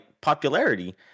popularity